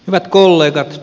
hyvät kollegat